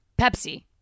Pepsi